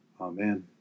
Amen